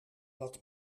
dat